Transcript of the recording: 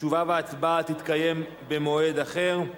תשובה והצבעה במועד אחר.